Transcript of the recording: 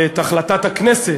ואת החלטת הכנסת,